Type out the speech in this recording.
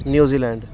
New Zealand